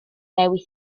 dewi